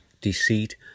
deceit